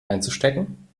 einzustecken